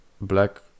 black